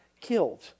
killed